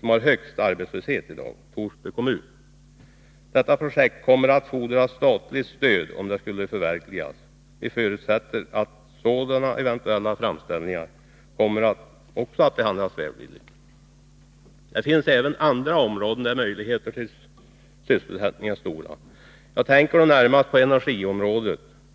som har den högsta arbetslösheten i dag, Torsby kommun. Detta projekt kommer att fordra statligt stöd om det skall förverkligas. Vi förutsätter att eventuella framställningar härom också kommer att behandlas välvilligt. Det finns även andra områden där möjligheterna till sysselsättning är stora. Jag tänker då närmast på energiområdet.